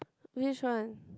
which one